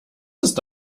ist